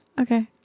okay